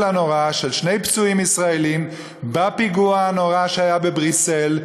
הנורא של שני פצועים ישראלים בפיגוע הנורא שהיה בבריסל.